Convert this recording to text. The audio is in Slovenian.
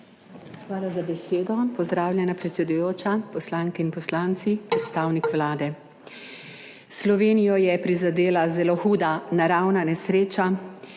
Hvala za besedo. Pozdravljena predsedujoča, poslanke in poslanci, predstavnik Vlade! Slovenijo je prizadela zelo huda naravna nesreča,